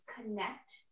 connect